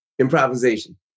improvisation